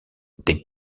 des